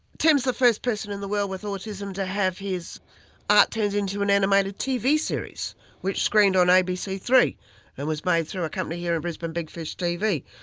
tim is the first person in the world with autism to have his art turned into an animated tv series which screened on a b c three and was made through a company here in brisbane, big fish tv.